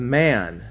man